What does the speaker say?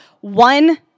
one